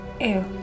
Ew